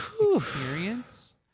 experience